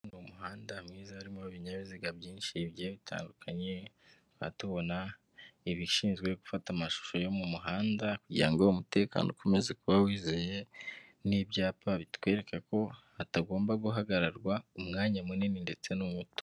Ni muhanda mwiza urimo ibinyabiziga byinshi bigiye bitandukanye, tukaba tubona ibishinzwe gufata amashusho yo mu muhanda kugira ngo umutekano ukomeze kuba wizewe, n'ibyapa bitwereka ko hatagomba guhagararwa umwanya munini ndetse n'umuto.